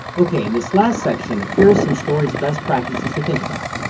ok, in this last section here are some stories best practices to think about.